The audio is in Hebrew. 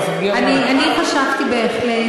אנחנו, אני חשבתי בהחלט